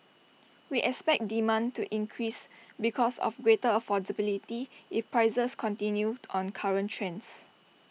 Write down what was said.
we expect demand to increase because of greater affordability if prices continue on current trends